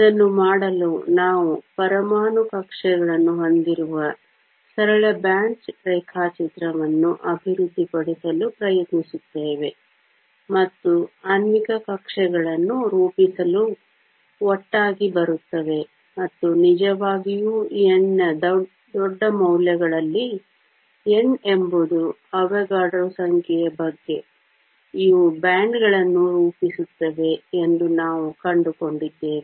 ಅದನ್ನು ಮಾಡಲು ನಾವು ಪರಮಾಣು ಕಕ್ಷೆಗಳನ್ನು ಹೊಂದಿರುವ ಸರಳ ಬ್ಯಾಂಡ್ ರೇಖಾಚಿತ್ರವನ್ನು ಅಭಿವೃದ್ಧಿಪಡಿಸಲು ಪ್ರಯತ್ನಿಸುತ್ತೇವೆ ಮತ್ತು ಆಣ್ವಿಕ ಕಕ್ಷೆಗಳನ್ನು ರೂಪಿಸಲು ಒಟ್ಟಾಗಿ ಬರುತ್ತವೆ ಮತ್ತು ನಿಜವಾಗಿಯೂ n ನ ದೊಡ್ಡ ಮೌಲ್ಯಗಳಲ್ಲಿ n ಎಂಬುದು ಅವೊಗಡ್ರೊ ಸಂಖ್ಯೆಯ ಬಗ್ಗೆ ಇವು ಬ್ಯಾಂಡ್ಗಳನ್ನು ರೂಪಿಸುತ್ತವೆ ಎಂದು ನಾವು ಕಂಡುಕೊಂಡಿದ್ದೇವೆ